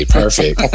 perfect